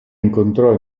incontrò